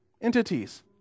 entities